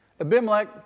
Abimelech